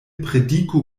prediku